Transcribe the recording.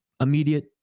immediate